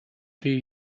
few